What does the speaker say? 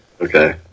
Okay